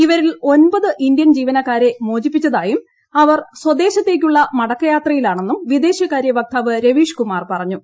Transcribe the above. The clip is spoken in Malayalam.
ഇവരിൽ ഒൻപത് ഇന്ത്യൻ ജീവനക്കാരെ മോചിപ്പിച്ചതായും അവർ സ്വദേശത്തേക്കുള്ള മടക്കയാത്രയിലാണെന്നും വിദേശകാര്യ വക്താവ് രവീഷ്കുമാർ പറഞ്ഞു